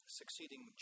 succeeding